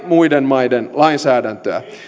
maiden lainsäädäntöä